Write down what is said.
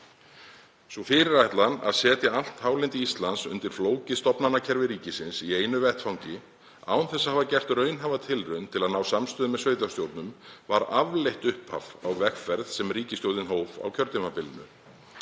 Sú fyrirætlan að setja allt hálendi Íslands undir flókið stofnanakerfi ríkisins í einu vetfangi án þess að hafa gert raunhæfa tilraun til að ná samstöðu með sveitarstjórnum var afleitt upphaf á vegferð sem ríkisstjórnin hóf á kjörtímabilinu.